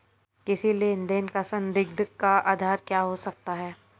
किसी लेन देन का संदिग्ध का आधार क्या हो सकता है?